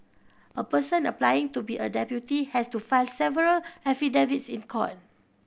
a person applying to be a deputy has to file several affidavits in court